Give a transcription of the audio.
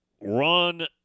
run